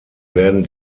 werden